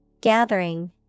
Gathering